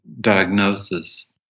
diagnosis